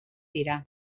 dira